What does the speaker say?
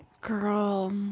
Girl